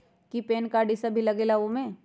कि PAN card इ सब भी लगेगा वो में?